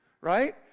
Right